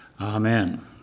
Amen